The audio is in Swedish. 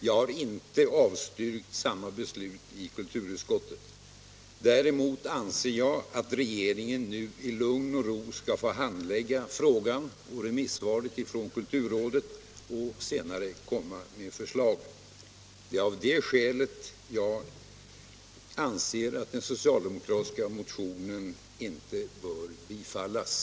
Jag har inte avstyrkt samma förslag i kulturutskottet. Däremot anser jag att regeringen nu i lugn och ro skall få handlägga frågan och remissvaret från kulturrådet och senare komma med förslag. Det är av det skälet jag anser att den socialdemokratiska motionen inte bör bifallas.